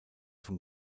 von